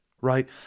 right